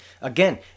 again